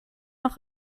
noch